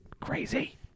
crazy